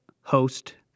host